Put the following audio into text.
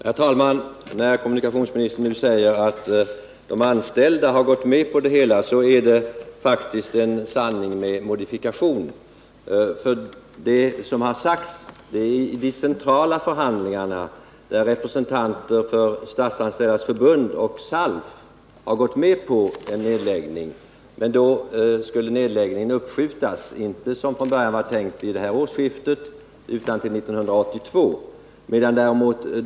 Herr talman! Kommunikationsministern säger nu att de anställda har gått med på det hela, men det är faktiskt en sanning med modifikation. Vid centrala förhandlingar har representanter för Statsanställdas förbund och SALF gått med på en nedläggning. Men då skulle nedläggningen uppskjutas och inte, som från början var tänkt, äga rum vid kommande årsskifte utan genomföras 1982.